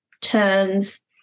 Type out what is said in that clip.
turns